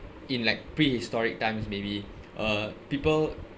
in like prehistoric times maybe uh people